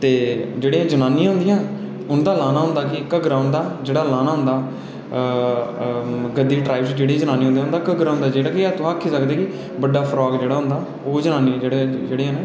ते जेह्ड़ी जनानियां होंदिया उं'दा लाना होंदा कि घग्गरा उं'दा जेह्ड़ा लाना होंदा गद्दी ट्राईब दी जेह्ड़ी जनानी होंदी उं'दा घग्गरा होंदा जेह्ड़ा कि आक्खी सकदे की बड्डा फ्रॉक जेह्ड़ा होंदा ते ओह् जनानियां जेह्ड़ियां